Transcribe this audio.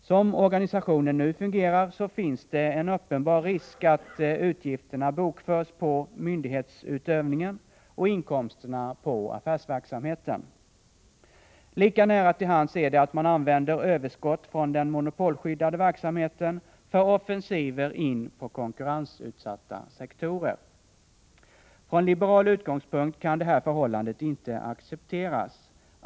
Som organisationen nu fungerar finns det en uppenbar risk att utgifterna bokförs på myndighetsutövningen och inkomsterna på affärsverksamheten. Lika nära till hands ligger att använda överskott från den monopolskyddade verksamheten för offensiver in på konkurrensutsatta sektorer. Från liberal utgångspunkt kan det här förhållandet inte accepteras.